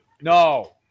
no